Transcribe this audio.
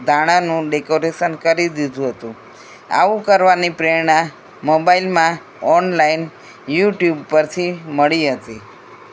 ધાણાનું decoration કરી દીધું હતું આવું કરવાની પ્રેરણા મોબાઇલમાં ઓનલાઈન યુ ટ્યુબ પરથી મળી હતી